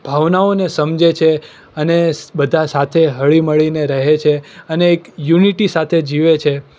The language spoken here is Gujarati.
ભાવનાઓને સમજે છે અને બધા સાથે હળીમળીને રહે છે અને એક યુનિટી સાથે જીવે છે